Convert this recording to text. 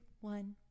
one